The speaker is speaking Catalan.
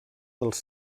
dels